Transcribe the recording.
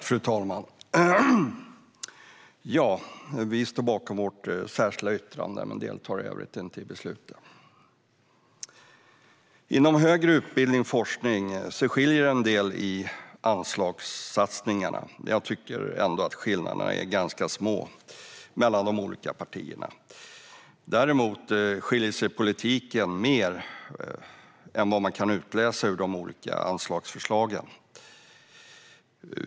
Fru talman! Vi i Sverigedemokraterna står bakom vårt särskilda yttrande, men vi deltar i övrigt inte i beslutet. Inom högre utbildning och forskning skiljer det sig en del i anslagssatsningarna. Jag tycker ändå att skillnaderna mellan de olika partierna är ganska små. Däremot skiljer sig politiken mer än vad man kan utläsa av de olika anslagsförslagen.